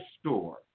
store